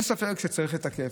אין ספק שצריך לתקף.